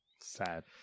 Sad